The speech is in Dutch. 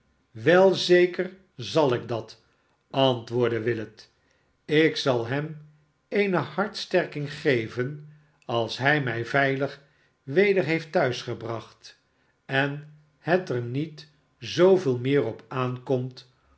wel zeker zal ik dat antwoordde willet ik zal hem eene hartsterking geven als hij mij veilig weder heeft thuis gebracht en het er niet zooveel meer op aankomt